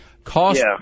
Cost